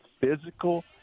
physical